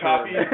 Copy